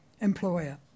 employer